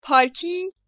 Parking